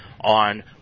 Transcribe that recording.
on